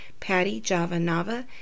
pattyjavanava